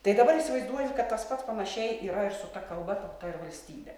tai dabar įsivaizduoju kad tas pats panašiai yra ir su ta kalba ta ir valstybe